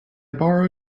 borrow